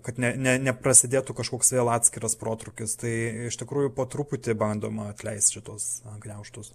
kad ne ne neprasidėtų kažkoks vėl atskiras protrūkis tai iš tikrųjų po truputį bandoma atleisti tuos gniaužtus